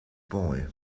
boy